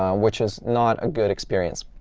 um which is not a good experience.